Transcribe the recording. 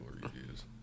reviews